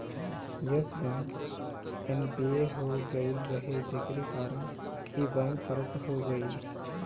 Yes Bank NPA हो गईल रहे जेकरी कारण इ बैंक करप्ट हो गईल